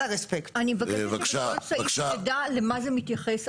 אני מבקשת שבכל סעיף נדע למה זה מתייחס.